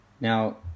Now